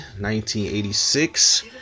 1986